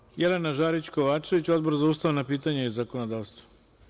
Reč ima Jelena Žarić Kovačević, Odbor za ustavna pitanja i zakonodavstvo.